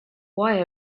why